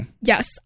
yes